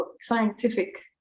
scientific